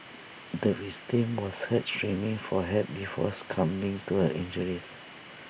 the was heard screaming for help before succumbing to her injuries